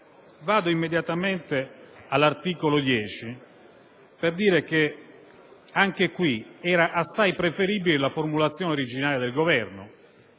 Passo immediatamente all'articolo 10 per dire che anche in questo caso era assai preferibile la formulazione originaria del Governo.